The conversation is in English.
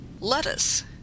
Lettuce